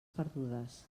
perdudes